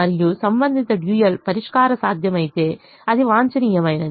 మరియు సంబంధిత డ్యూయల్ పరిష్కారం సాధ్యమైతే అది వాంఛనీయమైనది